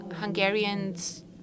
Hungarians